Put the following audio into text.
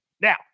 Now